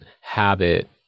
habit